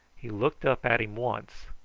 he looked up at him once,